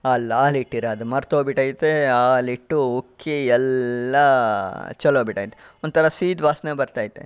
ಅಲ್ಲಿ ಹಾಲಿಟ್ಟಿರೋದು ಮರ್ತೋಗ್ಬಿಟ್ಟೈತೆ ಹಾಲಿಟ್ಟು ಉಕ್ಕಿ ಎಲ್ಲ ಚೆಲ್ಲೋಗ್ಬಿಟ್ಟೈತೆ ಒಂಥರ ಸೀದ ವಾಸನೆ ಬರ್ತೈತೆ